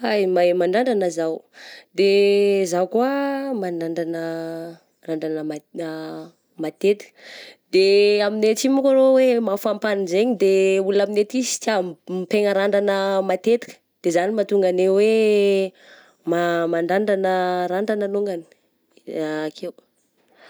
Hay, mahay mandrandragna zaho, de zaho koa mandrandrana randrana ma- matetika, de aminay aty manko aloha hoe mafampagna zegny de olona aminay aty sy tia mipegna randrana matetika, de zany no mahatonga anay hoe mandrandragna randrana alongany, akeo.